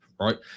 Right